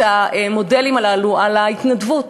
את המודלים הללו על ההתנדבות.